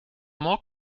more